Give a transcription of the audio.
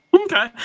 Okay